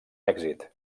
èxit